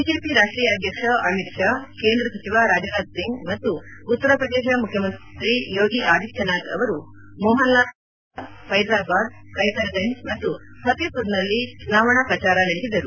BJP ರಾಷ್ಟೀಯ ಅಧ್ಯಕ್ಷ ಅಮಿತ್ ಷಾ ಕೇಂದ್ರ ಸಚಿವ ರಾಜನಾಥ್ ಸಿಂಗ್ ಮತ್ತು ಉತ್ತರ ಪ್ರದೇಶದ ಮುಖ್ಕಮಂತ್ರಿ ಯೋಗಿ ಅದಿತ್ಯನಾಥ್ ಅವರು ಮೋಹನ್ಲಾಲ್ ಗಂಜ್ ಧರಾರ ಫೈಜಾಬಾದ್ ಕೈಸರ್ ಗಂಜ್ ಮತ್ತು ಫತೇಪುರ್ನಲ್ಲಿ ಚುನಾವಣಾ ಪ್ರಚಾರ ನಡೆಸಿದರು